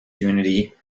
unity